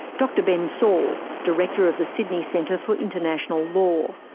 dr ben saul, director of the sydney centre for international law.